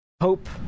Hope